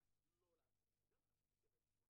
מהטקס הברברי הזה אז יצא לנו טוב?